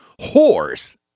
Whores